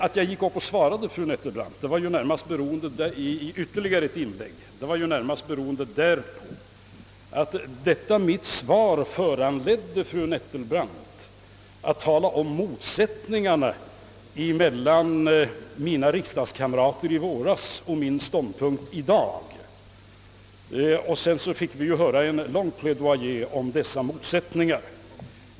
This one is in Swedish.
Att jag i ytterligare ett inlägg bemötte fru Nettelbrandt berodde närmast på att detta mitt svar föranledde fru Nettelbrandt att tala om motsättningarna mellan mina riksdagskamraters ståndpunkt i våras och min i dag, varefter vi fick höra en lång plaidoyer om dessa motsättningar.